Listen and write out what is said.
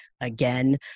again